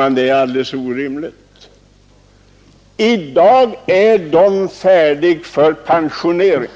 var alldeles orimlig. I dag är dessa vatten färdiga för pensionering.